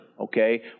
okay